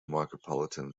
micropolitan